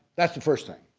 that's the first thing